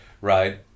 Right